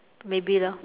maybe lor